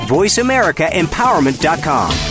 VoiceAmericaEmpowerment.com